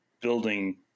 building